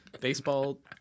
Baseball